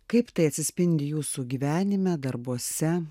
kaip tai atsispindi jūsų gyvenime darbuose